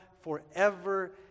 forever